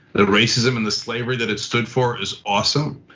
the racism and the slavery that it stood for is awesome.